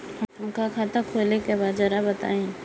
हमका खाता खोले के बा जरा बताई?